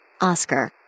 Oscar